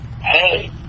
hey